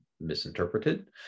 misinterpreted